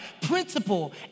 principle